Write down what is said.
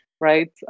right